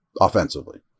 offensively